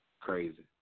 Crazy